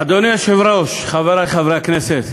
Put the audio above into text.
אדוני היושב-ראש, חברי חברי הכנסת,